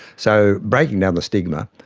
so breaking down the stigma,